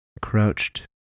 Crouched